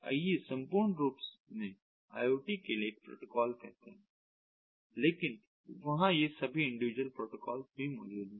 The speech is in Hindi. आइए संपूर्ण रूप में IoT के लिए एक प्रोटोकॉल कहते हैं लेकिन वहां ये सभी इंडिविजुअल प्रोटोकॉल भी मौजूद हैं